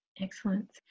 Excellent